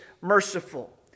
merciful